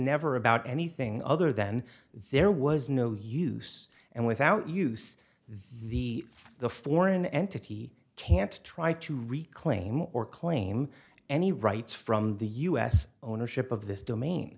never about anything other then there was no use and without use the the foreign entity can't try to reclaim or claim any rights from the us ownership of this domain